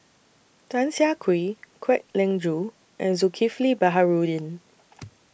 Tan Siah Kwee Kwek Leng Joo and Zulkifli Baharudin